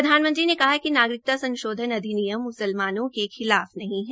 प्रधानमंत्री ने कहा कि नागरिकता संशोधन अधिनियम म्सलमानों के खिलाफ नहीं है